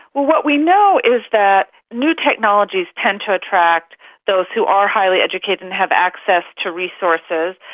well, what we know is that new technologies tend to attract those who are highly educated and have access to resources,